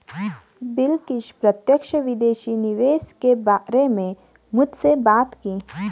बिलकिश प्रत्यक्ष विदेशी निवेश के बारे में मुझसे बात की